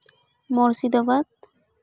Murshidabad